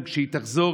וכשהיא תחזור,